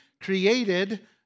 created